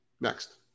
Next